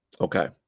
okay